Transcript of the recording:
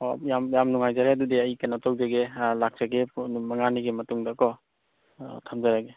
ꯑꯣ ꯌꯥꯝ ꯌꯥꯝ ꯅꯨꯡꯉꯥꯏꯖꯔꯦ ꯑꯗꯨꯗꯤ ꯑꯩ ꯀꯩꯅꯣ ꯇꯧꯖꯒꯦ ꯂꯥꯛꯆꯒꯦ ꯅꯨꯃꯤꯠ ꯃꯉꯥꯅꯤꯒꯤ ꯃꯇꯨꯡꯗ ꯀꯣ ꯑꯣ ꯊꯝꯖꯔꯒꯦ